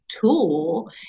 tool